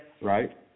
right